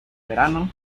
verano